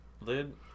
lid